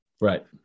Right